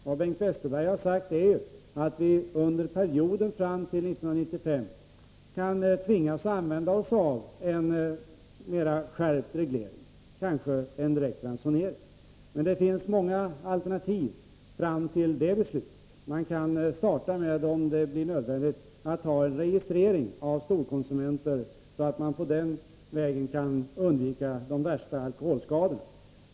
Vad Bengt Westerberg har sagt är att vi under perioden fram till 1995 kan tvingas använda oss av en skärpt reglering, kanske en direkt ransonering. Men det finns många alternativ till det beslutet. Man kan, om det blir nödvändigt, starta med en registrering av storkonsumenter så att man på den vägen undviker de värsta alkoholskadorna.